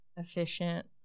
efficient